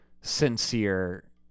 sincere